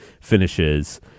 finishes